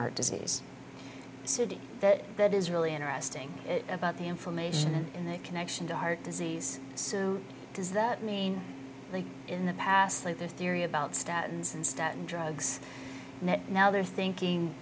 heart disease city that that is really interesting about the information in that connection to heart disease so does that mean in the past like the theory about statens instead of drugs now they're thinking